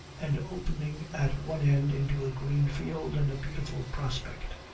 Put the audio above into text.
and opening at one end into a green field and a beautiful prospect.